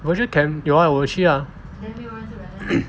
virtual camp 有 ah 我有去 lah